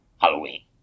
Halloween